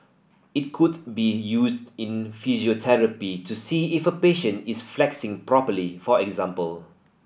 it could be used in physiotherapy to see if a patient is flexing properly for example